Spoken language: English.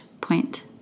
point